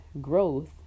growth